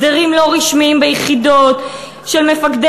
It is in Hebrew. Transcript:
הסדרים לא רשמיים ביחידות של מפקדי